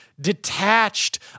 Detached